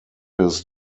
his